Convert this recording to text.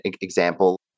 example